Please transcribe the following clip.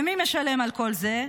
ומי משלם על כל זה?